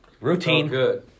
routine